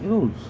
you know